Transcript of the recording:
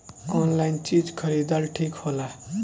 Online चीज खरीदल ठिक होला?